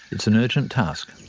it's an urgent task.